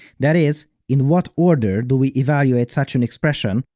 that is, in what order do we evaluate such an expression,